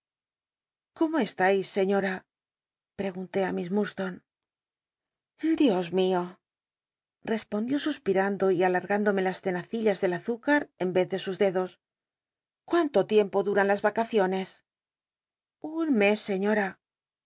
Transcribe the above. cómo estais señora pregunté á miss iiurdstone dios mio respondió suspirando y alargándome las tenacillas del azúcar en yez de sus dedos cu into tiempo duran las vacaciones un mes señora